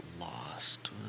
lost